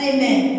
Amen